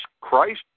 Christ